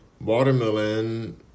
Watermelon